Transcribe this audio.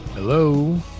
hello